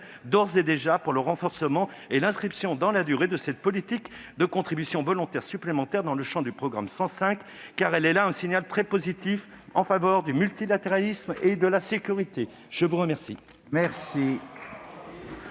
d'ores et déjà pour le renforcement et l'inscription dans la durée de cette politique de contribution volontaire supplémentaire, dans le champ du programme 105, car il y a là un signal très positif en faveur du multilatéralisme et de la sécurité. La parole